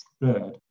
third